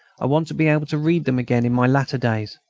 i want to be able to read them again in my latter days.